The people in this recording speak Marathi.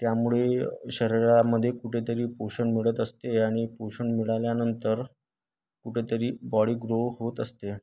त्यामुळे शरीरामध्ये कुठेतरी पोषण मिळत असते आणि पोषण मिळाल्यानंतर कुठेतरी बॉडी ग्रो होत असते